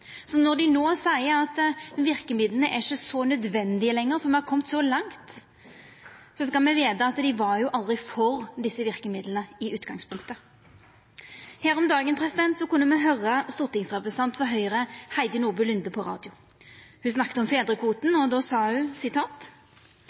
Når dei no seier at verkemidla ikkje er så nødvendige lenger, fordi me har kome så langt, skal me veta at dei var aldri for desse verkemidla i utgangspunktet. Her om dagen kunne me høyra stortingsrepresentant Heidi Nordby Lunde, frå Høgre, på radio. Ho snakka om